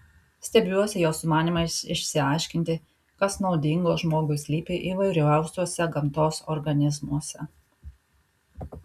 stebiuosi jo sumanymais išsiaiškinti kas naudingo žmogui slypi įvairiausiuose gamtos organizmuose